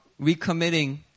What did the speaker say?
recommitting